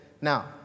Now